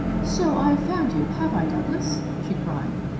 so i've found you, have i, douglas? she cried,